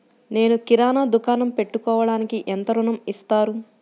నేను కిరాణా దుకాణం పెట్టుకోడానికి ఎంత ఋణం ఇస్తారు?